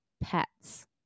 pets